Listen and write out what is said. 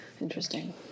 Interesting